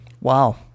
wow